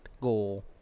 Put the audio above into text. goal